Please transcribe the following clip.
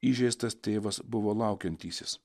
įžeistas tėvas buvo laukiantysis